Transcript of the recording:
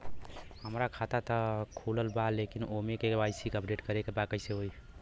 हमार खाता ता खुलल बा लेकिन ओमे के.वाइ.सी अपडेट करे के बा कइसे होई?